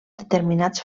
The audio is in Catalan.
determinats